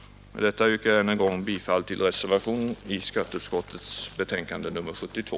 Med det anförda yrkar jag än en gång bifall till reservationen vid skatteutskottets betänkande nr 72.